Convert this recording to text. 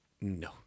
No